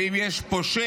ואם יש פושע,